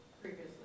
Previously